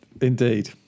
Indeed